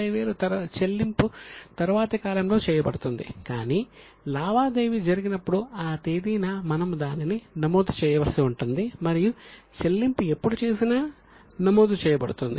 కాబట్టి ఈ 150000 చెల్లింపు తరువాతి కాలంలో చేయబడుతుంది కాని లావాదేవీ జరిగినప్పుడు ఆ తేదీన మనము దానిని నమోదు చేయవలసి ఉంటుంది మరియు చెల్లింపు ఎప్పుడు చేసినా నమోదు చేయబడుతుంది